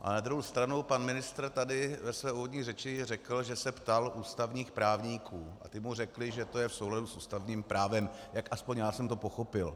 Ale na druhou stranu pan ministr tady ve své úvodní řeči řekl, že se ptal ústavních právníků a ti mu řekli, že to je v souladu s ústavním právem, jak aspoň já jsem to pochopil.